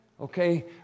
Okay